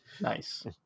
Nice